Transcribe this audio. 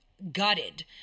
gutted